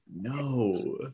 no